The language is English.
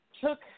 took